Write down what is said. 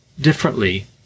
differently